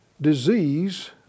disease